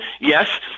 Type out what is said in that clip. yes